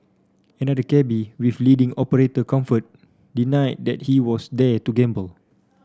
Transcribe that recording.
another cabby with leading operator comfort denied that he was there to gamble